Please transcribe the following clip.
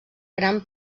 gran